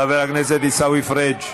חבר הכנסת עיסאווי פריג'